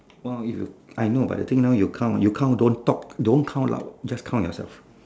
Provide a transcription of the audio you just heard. !wow! you I know but the thing now you count you count don't talk don't count loud just count yourself